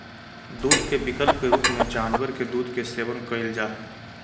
दूध के विकल्प के रूप में जानवर के दूध के सेवन कइल जा हइ